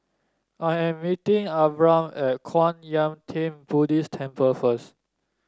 I am meeting Abram at Kwan Yam Theng Buddhist Temple first